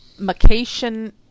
Macation